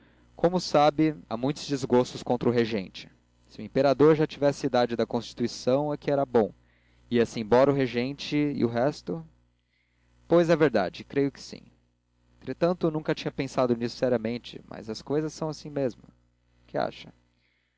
como sabe há muitos desgostos contra o regente se o imperador já tivesse a idade de constituição é que era bom ia-se embora o regente e o resto pois é verdade creio que sim entretanto nunca tinha pensado nisto seriamente mas as cousas são assim mesmo que acha